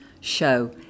show